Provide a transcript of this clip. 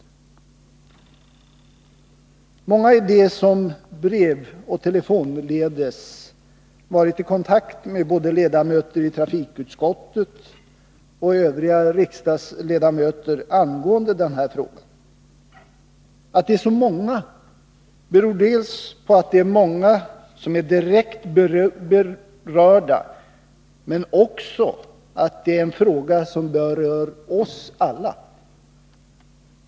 Många är de som brevoch telefonledes varit i kontakt med både ledamöter i trafikutskottet och övriga riksdagsledamöter angående denna fråga. Att det är ett så stort antal beror på att många är direkt berörda, men också på att det är en fråga som gäller oss alla.